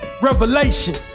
revelation